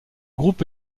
groupe